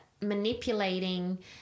manipulating